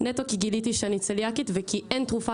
נטו כי גיליתי שאני צליאקית וכי אין תרופה